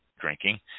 drinking